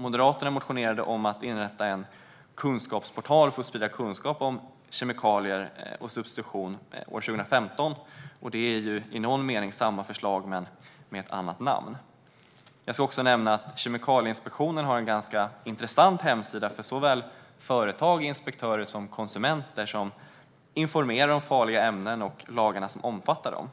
Moderaterna motionerade 2015 om att inrätta en kunskapsportal för att sprida kunskap om kemikalier och substitution, och det här är i någon mening samma förslag men med ett annat namn. Jag ska också nämna att Kemikalieinspektionen har en ganska intressant hemsida för såväl företag och inspektörer som konsumenter, där man informerar om farliga ämnen och de lagar som omfattar dem.